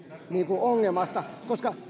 ongelmasta koska